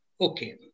Okay